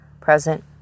present